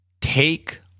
take